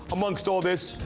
amongst all this,